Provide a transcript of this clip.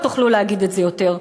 לא תוכלו להגיד את זה יותר.